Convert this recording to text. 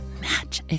match